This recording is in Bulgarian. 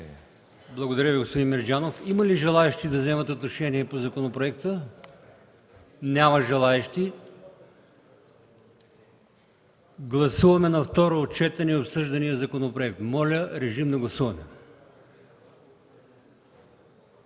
Благодаря Ви, господин Мерджанов. Има ли желаещи да вземат отношение по законопроекта? Няма желаещи. Гласуваме на второ четене обсъждания законопроект. Моля, режим на гласуване.